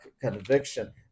conviction